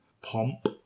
pomp